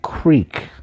Creek